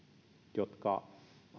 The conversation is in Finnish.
jotka